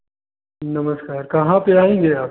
नमस्कार कहाँ पे आएंगे आप